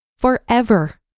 forever